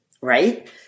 right